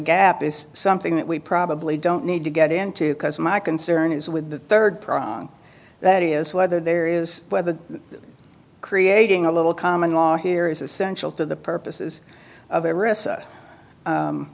gap is something that we probably don't need to get into because my concern is with the third prong that is whether there is whether creating a little common law here is essential to the purposes of a risk